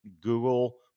Google